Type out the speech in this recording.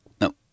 No